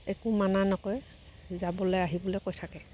একো মানা নকৰে যাবলৈ আহিবলৈ কৈ থাকে